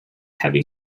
heavy